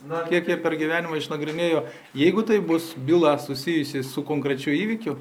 na kiek jie per gyvenimą išnagrinėjo jeigu tai bus byla susijusi su konkrečiu įvykiu